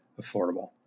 affordable